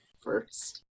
first